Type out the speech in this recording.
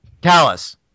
callus